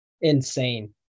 Insane